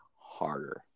harder